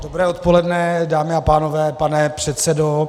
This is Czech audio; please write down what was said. Dobré odpoledne, dámy a pánové, pane předsedo.